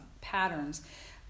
patterns